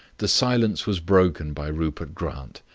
the silence was broken by rupert grant.